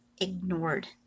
ignored